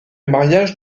mariage